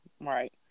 Right